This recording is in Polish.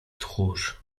tchórz